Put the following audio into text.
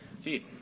feed